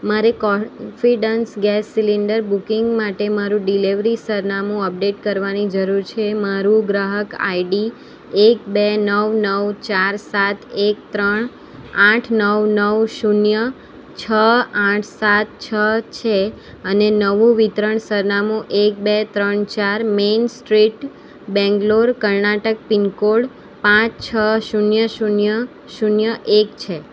મારી confidence gas cylinder booking માટે મારું ડિલેવરી સરનામું અપડેટ કરવાની જરૂર છે મારું ગ્રાહક આઈડી એક બે નવ નવ ચાર સાત એક ત્રણ આઠ નવ નવ શૂન્ય છ આઠ સાત છ છે અને નવું વિતરણ સરનામું એક બે ત્રણ ચાર main street Bangalore Karnataka pin code પાંચ છ શૂન્ય શૂન્ય શૂન્ય એક છે